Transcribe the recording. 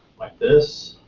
like this,